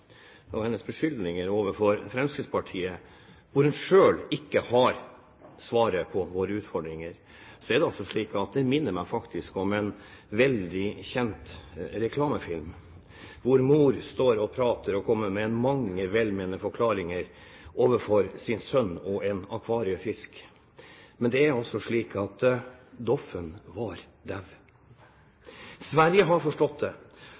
og hennes beskyldninger overfor Fremskrittspartiet, og hun selv ikke har svaret på våre utfordringer, minner det meg faktisk om en veldig kjent reklamefilm, hvor mor står og prater og kommer med mange velmenende forklaringer overfor sin sønn og en akvariefisk. Men det var altså slik at Doffen var daud. Sverige har forstått det,